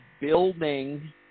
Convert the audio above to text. building –